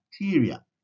bacteria